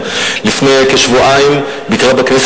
בבקשה,